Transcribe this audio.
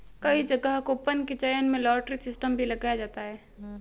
कई जगह कूपन के चयन में लॉटरी सिस्टम भी लगाया जाता है